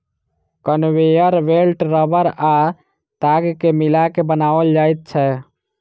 conveyor belt रबड़ आ ताग के मिला के बनाओल जाइत छै